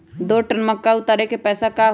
दो टन मक्का उतारे के पैसा का होई?